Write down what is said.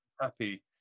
happy